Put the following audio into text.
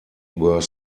were